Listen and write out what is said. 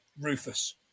Rufus